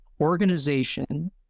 organization